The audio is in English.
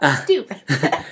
stupid